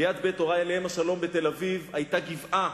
ליד בית הורי, עליהם השלום, בתל-אביב, היתה גבעה